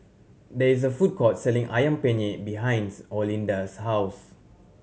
there is a food court selling Ayam Penyet behinds Olinda's house